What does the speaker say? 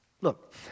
Look